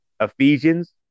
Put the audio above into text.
Ephesians